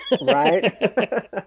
Right